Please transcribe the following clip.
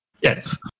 Yes